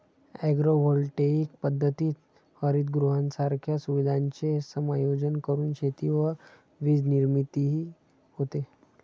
agrovoltaic पद्धतीत हरितगृहांसारख्या सुविधांचे समायोजन करून शेती व वीजनिर्मितीही होते